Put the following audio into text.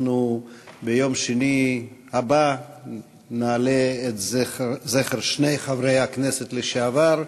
אנחנו ביום שני הבא נעלה את זכר שני חברי הכנסת לשעבר.